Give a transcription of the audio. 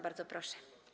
Bardzo proszę.